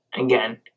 again